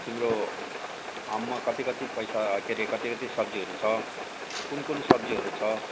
तिम्रो फार्ममा कति कति पैसा के रे कति कति सब्जीहरू छ कुन कुन सब्जीहरू छ